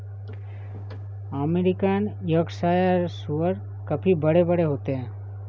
American Yorkshire सूअर काफी बड़े बड़े होते हैं